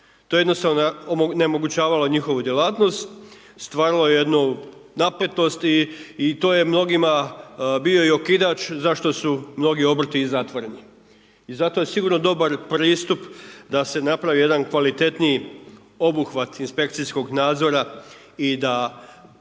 To je jednostavno onemogućavalo njihovu djelatnost, stvaralo je jednu napetost i to je mnogima bio i okidač zašto su mnogi obrti i zatvoreni. I zato je sigurno dobar pristup da se napravi jedan kvalitetniji obuhvat inspekcijskog nadzora i da,